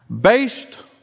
based